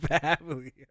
family